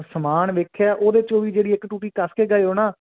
ਸਮਾਨ ਵੇਖਿਆ ਉਹਦੇ ਚੋਂ ਵੀ ਜਿਹੜੀ ਇੱਕ ਟੂਟੀ ਕੱਸ ਕੇ ਗਏ ਹੋ ਨਾ